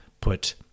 put